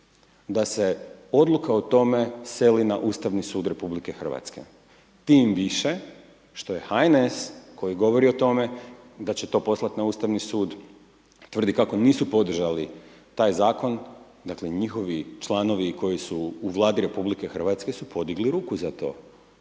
da se odluka o tome seli na Ustavni sud RH tim više što je HNS koji govori o tome da će to poslati na Ustavni sud, tvrdi kako nisu podržali taj zakon, dakle njihovi članovi koji su u Vladi RH su podigli ruku za to,